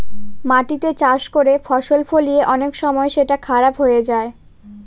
মাটিতে চাষ করে ফসল ফলিয়ে অনেক সময় সেটা খারাপ হয়ে যায়